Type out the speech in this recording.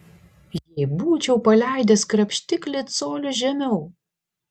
jei būčiau paleidęs krapštiklį coliu žemiau